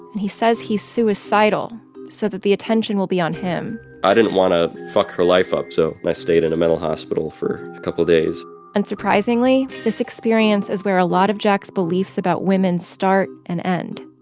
and he says he's suicidal so that the attention will be on him i didn't want to f like her life up, so i stayed in a mental hospital for a couple of days unsurprisingly, this experience is where a lot of jack's beliefs about women start and end.